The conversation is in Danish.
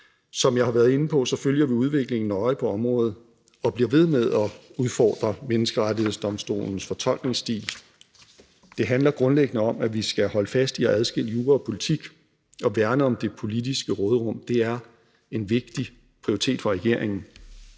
Som jeg har været inde på, følger vi udviklingen nøje på området, og vi bliver ved med at udfordre Menneskerettighedsdomstolens fortolkningsstil. Det handler grundlæggende om, at vi skal holde fast i at adskille jura og politik og værne om det politiske råderum. Det er en vigtig prioritet for regeringen.